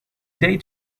day